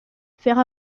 faire